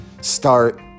start